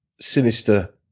sinister